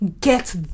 get